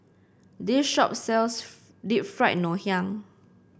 this shop sells Deep Fried Ngoh Hiang